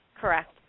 Correct